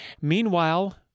Meanwhile